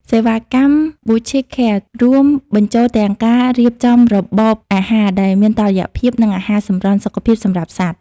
សេវាកម្ម Boutique Care រួមបញ្ចូលទាំងការរៀបចំរបបអាហារដែលមានតុល្យភាព និងអាហារសម្រន់សុខភាពសម្រាប់សត្វ។